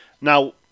Now